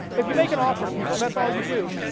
if you make an offer to people, that's all you do,